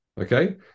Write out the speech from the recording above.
Okay